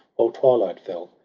while twilight fell,